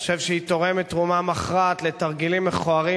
אני חושב שהיא תורמת תרומה מכרעת לתרגילים מכוערים,